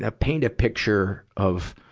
ah paint a picture of,